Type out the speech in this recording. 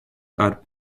are